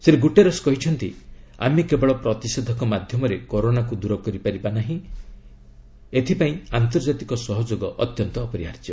Shri Guterres କହିଛନ୍ତି ଆମେ କେବଳ ପ୍ରତିଷେଧକ ମାଧ୍ୟମରେ କରୋନାକୁ ଦୂର କରିପାରିବା ନାହିଁ ଏଥିପାଇଁ ଆନ୍ତର୍ଜାତିକ ସହଯୋଗ ଅତ୍ୟନ୍ତ ଅପରିହାର୍ଯ୍ୟ